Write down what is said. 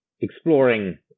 exploring